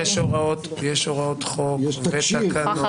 יש הוראות חוק, יש תקשי"ר.